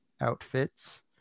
outfits